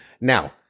Now